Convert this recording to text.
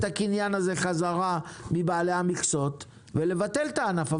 הקניין הזה חזרה מבעלי המכסות ולבטל את הענף,